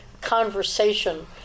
conversation